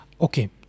Okay